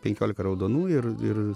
penkiolika raudonų ir ir